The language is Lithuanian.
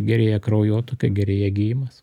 gerėja kraujotaka gerėja gijimas